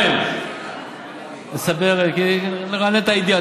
יואל, בוא נרענן את הידיעה.